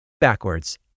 backwards